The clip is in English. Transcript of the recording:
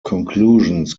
conclusions